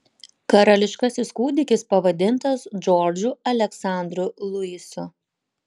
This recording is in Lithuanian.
karališkasis kūdikis pavadintas džordžu aleksandru luisu